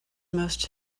most